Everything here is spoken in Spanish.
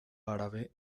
árabe